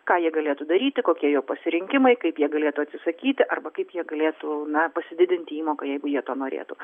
ką jie galėtų daryti kokie jų pasirinkimai kaip jie galėtų atsisakyti arba kaip jie galėtų na pasididinti įmoką jeigu jie to norėtų